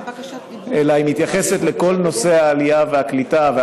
אלא לכל נושא העלייה והקליטה.